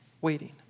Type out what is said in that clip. waiting